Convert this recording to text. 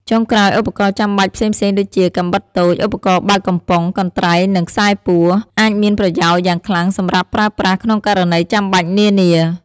ចុងក្រោយ ឧបករណ៍ចាំបាច់ផ្សេងៗ ដូចជា កាំបិតតូច ឧបករណ៍បើកកំប៉ុង កន្ត្រៃ និងខ្សែពួរ អាចមានប្រយោជន៍យ៉ាងខ្លាំងសម្រាប់ប្រើប្រាស់ក្នុងករណីចាំបាច់នានា។